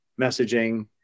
messaging